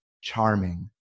charming